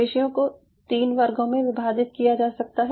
पेशियों को तीन वर्गों में विभाजित किया जा सकता है